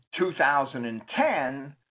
2010